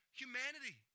humanity